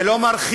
זה לא מרחיב.